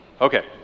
Okay